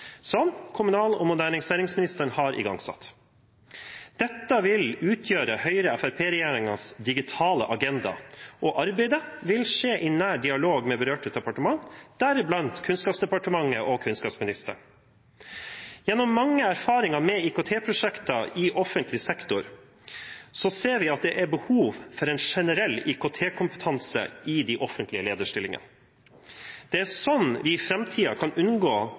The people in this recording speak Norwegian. som kommunal- og moderniseringsministeren har igangsatt. Dette vil utgjøre Høyre–Fremskrittsparti-regjeringens digitale agenda, og arbeidet vil skje i nær dialog med berørte departementer, deriblant Kunnskapsdepartementet, og kunnskapsministeren. Gjennom mange erfaringer med IKT-prosjekter i offentlig sektor ser vi at det er behov for en generell IKT-kompetanse i de offentlige lederstillingene. Det er sånn vi i framtiden kan unngå